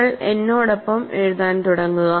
നിങ്ങൾ എന്നോടൊപ്പം എഴുതാൻ തുടങ്ങുക